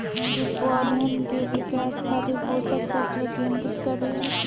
इ पौधन के विकास खातिर पोषक तत्व केंद्रित करे ला